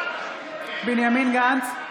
(קוראת בשם חבר הכנסת) בנימין גנץ,